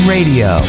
Radio